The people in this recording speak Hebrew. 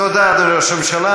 תודה, אדוני ראש הממשלה.